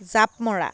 জাঁপ মৰা